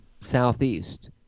Southeast